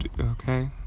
okay